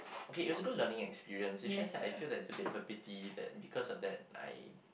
okay it was a good learning experience is just that I feel that it's a bit of a pity that because of that I